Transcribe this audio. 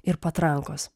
ir patrankos